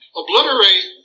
obliterate